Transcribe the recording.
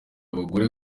abagore